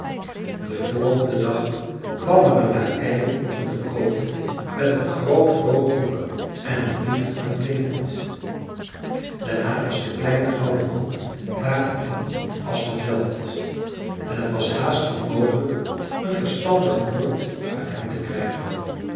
den volgenden dag kwam er een lakei van den koning met een groot rood boek en een brief aan klement daarna was de kleine oude man dagen lang als bedwelmd en het was haast niet mogelijk een verstandig woord uit hem te krijgen